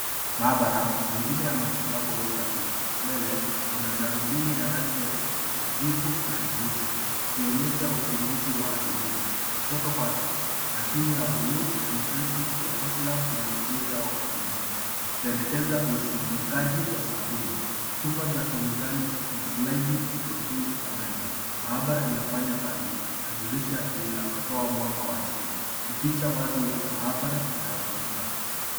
Maabara mengine ya matibabu au utafiti mbele kuna darubini ya rangi ya kijivu na nyeusi ikionyesha uchunguzi wa adubini, kushoto kwake mashini ya buluu nyepesi ya course lab ina mrija wa kupimia ikipendekeza usindikaji wa sampuli, chupa za kemikali na slaidi ziko juu ya meza maabara inafanya kazi na dirisha linalotoa mwanga wa asili, ni picha wazi ya maabara inayotumika.